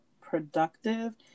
productive